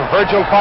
Virgil